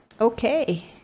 Okay